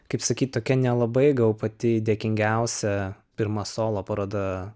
kaip sakyt tokia nelabai gal pati dėkingiausia pirma solo paroda